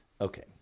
Okay